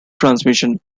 transmission